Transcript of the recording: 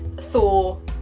Thor